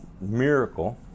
miracle